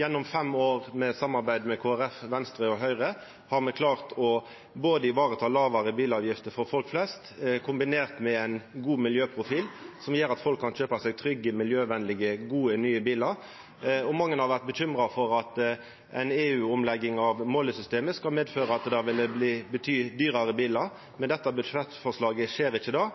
Gjennom fem år med samarbeid med Kristeleg Folkeparti, Venstre og Høgre har me klart å vareta lågare bilavgifter for folk flest, kombinert med ein god miljøprofil som gjer at folk kan kjøpa seg trygge, miljøvenlege, gode nye bilar. Mange har vore bekymra for at ei EU-omlegging av målesystemet skulle medføra dyrare bilar. Med dette budsjettforslaget skjer ikkje